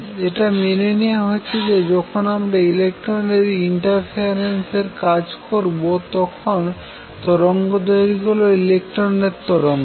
এখন মেনে নেওয়া হচ্ছে যে যখন আমরা ইলেকট্রন নিয়ে ইন্টারফেরেন্স এর কাজ করবো তখন তরঙ্গ দৈর্ঘ্য হল ইলেকট্রন তরঙ্গের